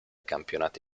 campionati